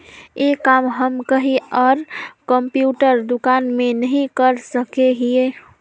ये काम हम कहीं आर कंप्यूटर दुकान में नहीं कर सके हीये?